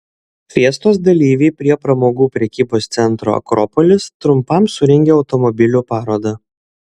fiestos dalyviai prie pramogų prekybos centro akropolis trumpam surengė automobilių parodą